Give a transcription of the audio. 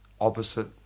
opposite